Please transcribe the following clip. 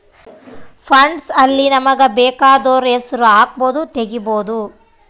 funds ಅಲ್ಲಿ ನಮಗ ಬೆಕಾದೊರ್ ಹೆಸರು ಹಕ್ಬೊದು ತೆಗಿಬೊದು